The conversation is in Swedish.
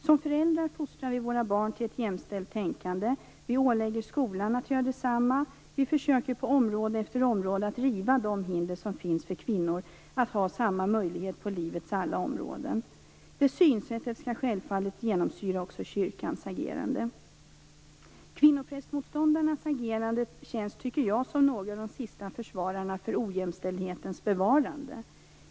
Som föräldrar fostrar vi våra barn till ett jämställt tänkande. Vi ålägger skolan att göra detsamma. Vi försöker på område efter område att riva de hinder som finns för kvinnor att ha samma möjligheter som män på livets alla områden. Det synsättet skall självfallet genomsyra också kyrkans verksamhet. Jag tycker att kvinnoprästmotståndarnas agerande känns som något av det sista försvaret för ojämställdhetens bevarande.